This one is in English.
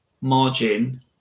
margin